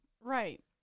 Right